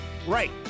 Right